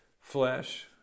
Flesh